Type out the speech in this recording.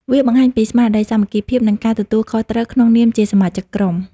វាបង្ហាញពីស្មារតីសាមគ្គីភាព និងការទទួលខុសត្រូវក្នុងនាមជាសមាជិកក្រុម។